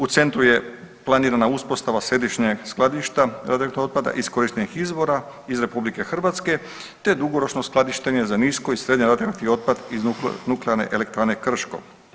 U centru je planira uspostava središnjeg skladišta radioaktivnog otpada iskorištenih izvora iz RH te dugoročno skladištenje za nisko i srednje radioaktivni otpad iz Nuklearne elektrane Krško.